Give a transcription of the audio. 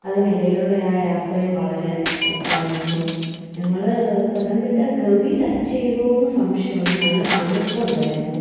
അതിനിടയിലുള്ള ആ യാത്രയും വളരെ സൂപ്പറായിരുന്നു ഞങ്ങള് പത്തനംതിട്ട ഗവി ടച്ച് ചെയ്തോന്ന് സംശയമാണ് നല്ല തണുപ്പുണ്ടായിരുന്നു